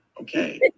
Okay